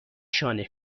شانه